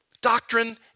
Doctrine